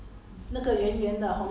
the the